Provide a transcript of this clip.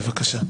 בבקשה.